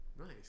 nice